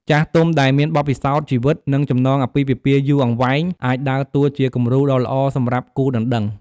ចាស់ទុំដែលមានបទពិសោធន៍ជីវិត និងចំណងអាពាហ៍ពិពាហ៍យូរអង្វែង អាចដើរតួជា គំរូដ៏ល្អ សម្រាប់គូដណ្ដឹង។